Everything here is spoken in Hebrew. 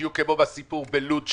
בדיוק כמו בסיפור בלוד,